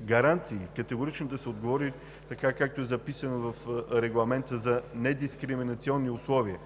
гаранции и категорично да се отговори така, както е записано в Регламента за недискриминационни условия.